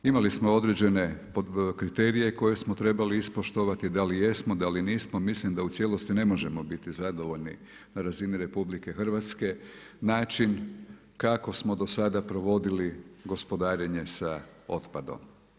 Imali smo određene kriterije koje smo trebali ispoštovati da li jesmo, da li nismo, mislim da u cijelosti ne možemo biti zadovoljni na razini RH, način kako smo do sada provodili gospodarenje sa otpadom.